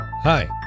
Hi